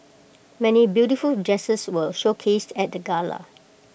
many beautiful dresses were showcased at the gala